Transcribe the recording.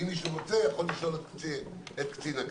מי שרוצה יכול לשאול את קצין הכנסת.